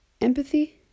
empathy